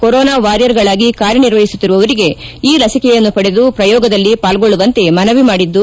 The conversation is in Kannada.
ಕೊರೊನಾ ವಾರಿಯರ್ಗಳಾಗಿ ಕಾರ್ಯನಿರ್ವಹಿಸುತ್ತಿರುವವರಿಗೆ ಈ ಲಸಿಕೆಯನ್ನು ಪಡೆದು ಪ್ರಯೋಗದಲ್ಲಿ ಪಾಲ್ಗೊಳ್ಳುವಂತೆ ಮನವಿ ಮಾಡಿದ್ದು